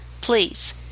Please